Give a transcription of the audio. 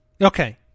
Okay